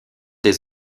des